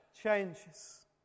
changes